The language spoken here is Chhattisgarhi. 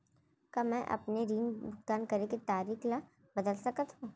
का मैं अपने ऋण भुगतान करे के तारीक ल बदल सकत हो?